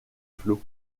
flots